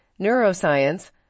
neuroscience